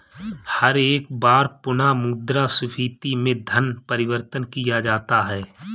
हर एक बार पुनः मुद्रा स्फीती में धन परिवर्तन किया जाता है